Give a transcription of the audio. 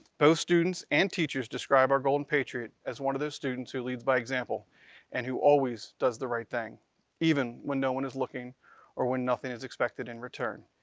both students and teachers describe our golden patriot as one of those students who leads by example and who always does the right thing even when no one is looking or when nothing is expected in return.